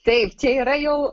taip čia yra jau